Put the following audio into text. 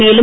மேலும்